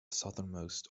southernmost